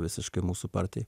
visiškai mūsų partijai